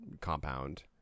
compound